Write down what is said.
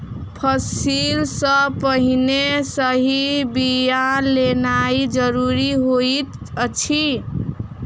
फसिल सॅ पहिने सही बिया लेनाइ ज़रूरी होइत अछि